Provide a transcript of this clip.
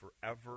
forever